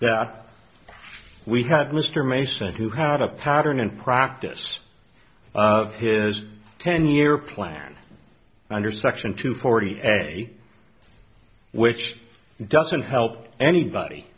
yeah we have mr mason who had a pattern and practice of his ten year plan under section two forty a which doesn't help anybody